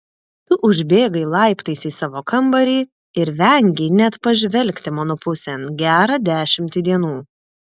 tu užbėgai laiptais į savo kambarį ir vengei net pažvelgti mano pusėn gerą dešimtį dienų